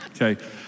Okay